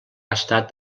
estat